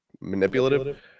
manipulative